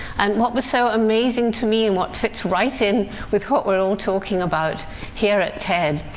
and what was so amazing to me, and what fits right in with what we're all talking about here at ted,